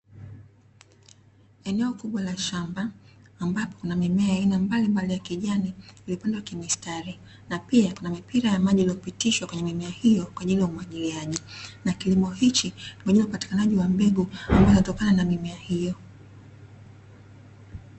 Eneo kubwa la shamba ambapo kuna mimea aina mbalimbali ya kijani iliopandwa kimistari, na pia kuna mipira maji iliopitishwa kwenye mimea hiyo kwa ajili ya umwagiliaji. Kilimo hichi pamoja na hupatikanaji wa mbegu ambayo inatokana na mimea hiyo.